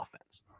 offense